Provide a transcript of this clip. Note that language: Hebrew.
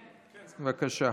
בבקשה.